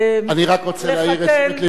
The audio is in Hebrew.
אני רק רוצה להעיר את תשומת לבך,